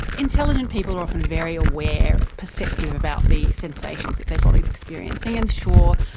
intelligent people are often very aware, perceptive about the sensations that their body is experiencing, and sure,